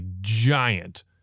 giant